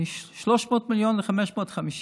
מ-300 מיליון ל-550